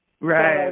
Right